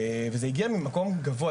וזה הגיע ממקום גבוה,